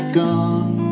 gone